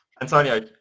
Antonio